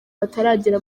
bataragera